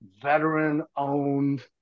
veteran-owned